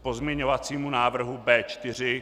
K pozměňovacímu návrhu B4.